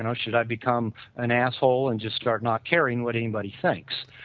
and should i become an asshole and just start not caring what anybody thinks.